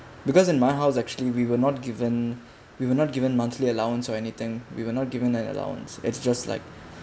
because in my house actually we were not given we were not given monthly allowance or anything we were not given an allowance it's just like